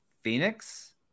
Phoenix